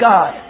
God